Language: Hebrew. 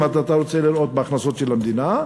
אם אתה רוצה לראות בהכנסות של המדינה,